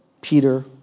Peter